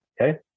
Okay